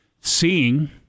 seeing